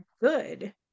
good